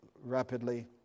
rapidly